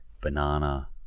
banana